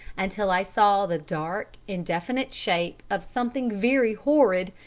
until i saw the dark, indefinite shape of something very horrid,